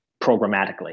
programmatically